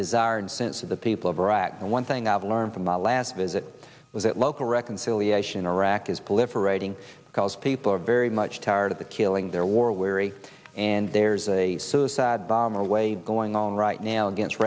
desired sense of the people of iraq and one thing i've learned from my last visit was that local reconciliation in iraq is political writing because people are very much tired of the killing their war weary and there's a suicide bomber way going on right now against